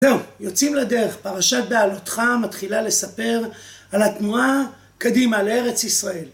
זהו, יוצאים לדרך, פרשת בעלותך מתחילה לספר על התנועה קדימה לארץ ישראל.